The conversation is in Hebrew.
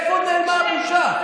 לאיפה נעלמה הבושה.